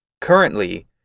currently